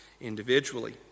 individually